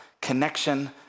connection